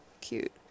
Cute